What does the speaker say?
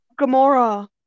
Gamora